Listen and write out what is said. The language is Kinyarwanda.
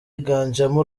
yiganjemo